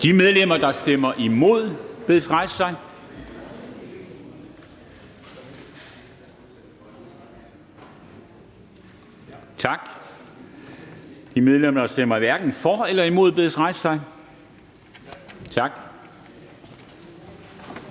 De medlemmer, der stemmer imod, bedes rejse sig. Tak. De medlemmer, der stemmer hverken for eller imod, bedes rejse sig. Tak.